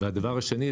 והדבר השני,